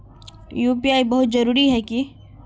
UPI बहुत जरूरी है की?